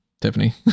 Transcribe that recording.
Tiffany